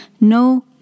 no